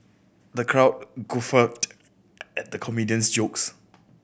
the crowd guffawed at the comedian's jokes